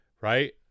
right